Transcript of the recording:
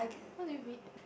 what do you meet